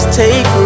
take